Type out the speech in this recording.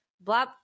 Blah